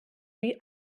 wie